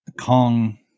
Kong